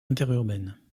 interurbaine